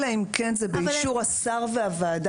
אלא אם כן זה באישור השר והוועדה.